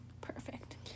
Perfect